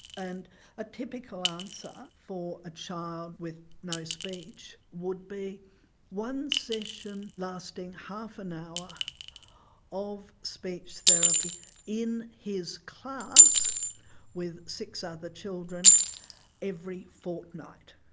and a typical answer for a child with no speech would be one session lasting half an hour of speech therapy in his class with six other children every fortnight.